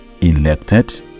elected